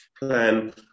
plan